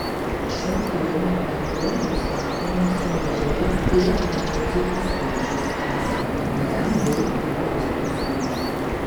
šio tyrimo metu nustatomas sumažėjęs t limfocitų skaičius esant normaliam b limfocitų skaičiui